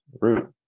root